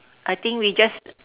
I think we just